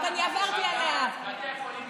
אז אל תעבירו אותה.